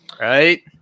Right